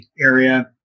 area